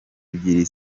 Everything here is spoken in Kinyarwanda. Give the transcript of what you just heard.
ebyiri